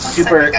Super